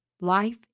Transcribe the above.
Life